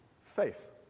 faith